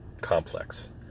complex